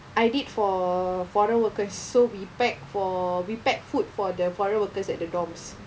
I did for foreign workers so we pack for we packed food for the foreign workers at the dorms